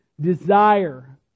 desire